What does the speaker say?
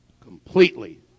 completely